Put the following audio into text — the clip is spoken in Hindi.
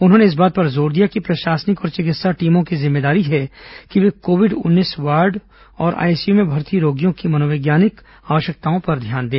उन्होंने इस बात पर जोर दिया कि प्रशासनिक और चिकित्सा टीमों की जिम्मेदारी है कि ये कोविड उन्नीस वार्ड और आईसीयू में भर्ती रोगियों की मनोवैज्ञानिक आवश्यकताओं पर ध्यान दें